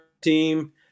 team